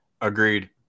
Agreed